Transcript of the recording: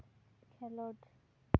ᱠᱷᱮᱞᱳᱰ